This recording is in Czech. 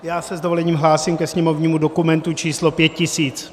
Já se s dovolením hlásím ke sněmovnímu dokumentu číslo 5000.